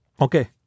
Okay